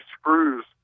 screws